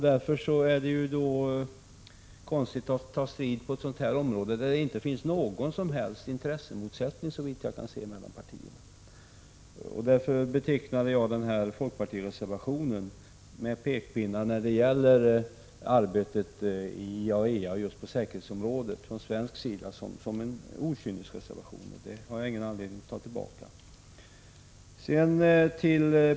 Det är därför konstigt att ta strid på detta område, där det såvitt jag kan se inte finns någon som helst intressemotsättning mellan partierna. Det var därför som jag betecknade denna folkpartireservation, med pekpinnar när det gäller Sveriges arbete inom IAEA på säkerhetsområdet, som en okynnesreservation. Detta har jag inte någon anledning att ta tillbaka.